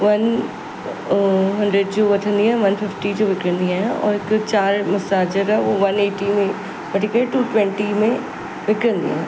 one hundred जो वठंदी आहियां वन फिफ्टी जो विकिणंदी आहियां और हिकु चाल मसाजर आहे उहो वन एटी में वठी करे टू ट्वेंटी में विकणंदी आहियां